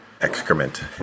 excrement